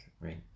right